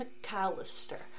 McAllister